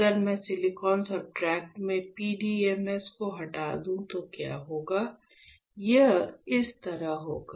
अगर मैं silicon substrate से PDMS को हटा दूं तो क्या होगा यह इस तरह होगा